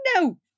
No